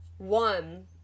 One